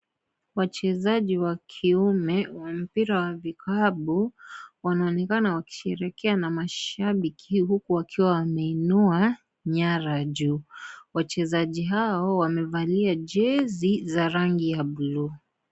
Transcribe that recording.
Wachezaji wa kiume wa mpira wa vikapu wanaonekana wakisherehekea na mashabiki huku wakiwa wameinua nyara juu. Wachezaji hao wamevalia jezi za rangi ya buluu.